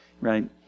right